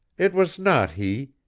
it was not he.